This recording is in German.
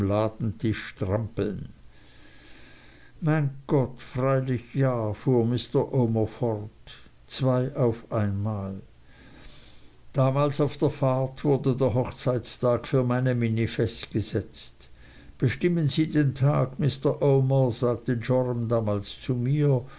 ladentisch strampeln mein gott freilich ja fuhr mr omer fort zwei auf einmal damals auf der fahrt wurde der hochzeitstag für meine minnie festgesetzt bestimmen sie den tag mr omer sagte joram damals zu mir